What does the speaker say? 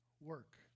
work